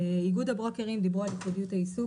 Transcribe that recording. איגוד הברוקרים דיברו על ייחודיות העיסוק,